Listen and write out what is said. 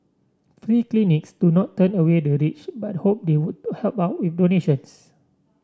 free clinics do not turn away the rich but hope they would help out with donations